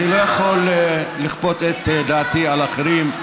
אני לא יכול לכפות את דעתי על אחרים.